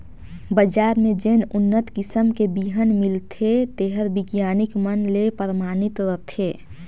बजार में जेन उन्नत किसम के बिहन मिलथे तेहर बिग्यानिक मन ले परमानित रथे